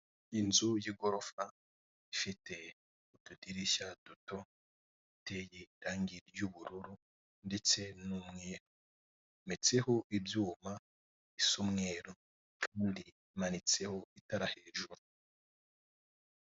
Inzu ndende y'igorofa. Iyi nzu ifite ibara ry'ubururu bwijimye ndetse n'ibara ry'umweru. Iyi nzi yegeranye n'indi byubatse mu buryo bumwe.